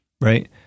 Right